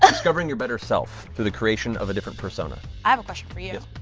ah discovering your better self, through the creation of a different persona. i have a question for you.